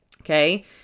Okay